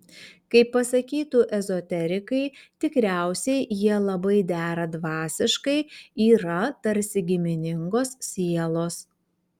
kaip pasakytų ezoterikai tikriausiai jie labai dera dvasiškai yra tarsi giminingos sielos